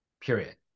Period